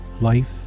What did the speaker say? life